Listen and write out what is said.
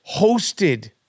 hosted